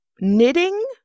knitting